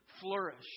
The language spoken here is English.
flourish